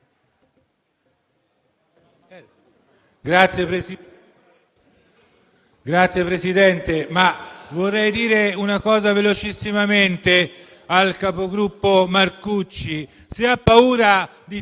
Signor Presidente, vorrei dire una cosa velocemente al capogruppo Marcucci.